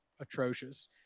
atrocious